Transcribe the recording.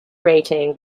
rating